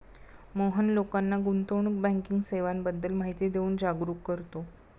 मोहन लोकांना गुंतवणूक बँकिंग सेवांबद्दल माहिती देऊन जागरुक करतो